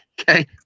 Okay